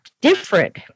different